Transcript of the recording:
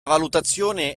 valutazione